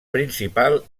principal